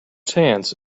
chance